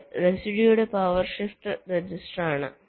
ഇത്റെഡ്യൂസ്ഡ് power shift രജിസ്റ്ററാണ്